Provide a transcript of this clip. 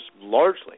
largely